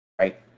right